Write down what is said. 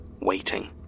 waiting